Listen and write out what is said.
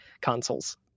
consoles